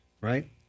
right